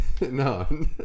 no